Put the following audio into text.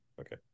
okay